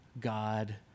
God